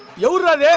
your love yeah